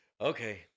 okay